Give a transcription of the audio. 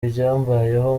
ibyambayeho